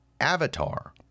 Avatar